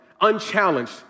unchallenged